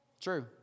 True